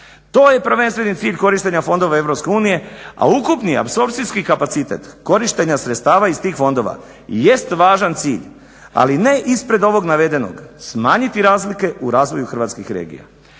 To je prvenstveni cilj korištenja fondova EU, a ukupni apsorpcijski kapacitet korištenja sredstava iz tih fondova i jest važan cilj, ali ne ispred ovog navedenog. Smanjiti razlike u razvoju hrvatskih regija.